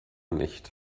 nicht